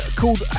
called